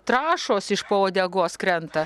trąšos iš po uodegos krenta